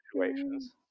situations